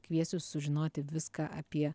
kviesiu sužinoti viską apie